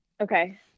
Okay